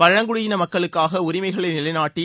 பழங்குடியின மக்களுக்கான உரிமைகளை நிலைநாட்டி